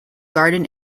garden